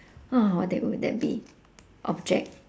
uh what that would that be object